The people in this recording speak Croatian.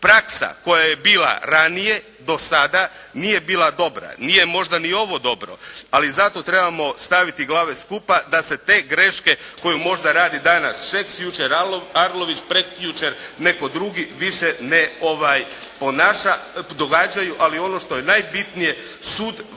Praksa koja je bila ranije, do sada, nije bila dobra. Nije možda ni ovo dobro, ali zato trebamo staviti glave skupa da se te greške koje možda radi danas Šeks, jučer Arlović, prekjučer netko drugi, više ne događaju. Ali ono što je najbitnije sud valja